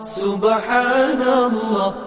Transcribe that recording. subhanallah